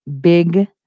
Big